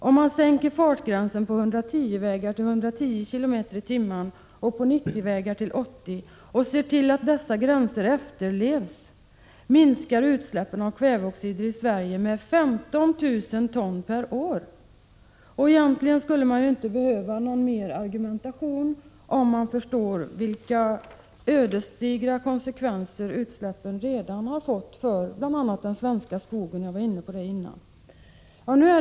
Om man sänker fartgränsen på 110-vägar till 100 km h och ser till att dessa gränser efterlevs minskar utsläppen av kväveoxider i Sverige med 15.000 ton per år!” Egentligen skulle man inte behöva någon ytterligare argumentation, om man förstår vilka ödesdigra konsekvenser utsläppen redan har fått för bl.a. den svenska skogen. Jag var nyss inne på detta.